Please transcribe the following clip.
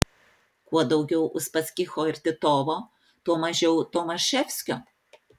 kuo daugiau uspaskicho ir titovo tuo mažiau tomaševskio